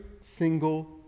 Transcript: single